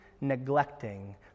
neglecting